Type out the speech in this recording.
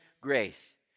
grace